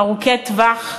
ארוכי טווח,